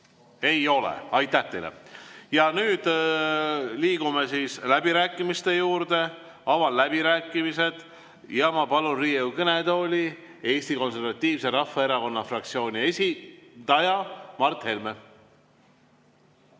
ei ole. Aitäh teile! Ja nüüd liigume läbirääkimiste juurde. Avan läbirääkimised. Ma palun Riigikogu kõnetooli Eesti Konservatiivse Rahvaerakonna fraktsiooni esindaja Mart Helme.